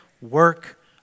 work